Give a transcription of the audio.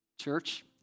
Church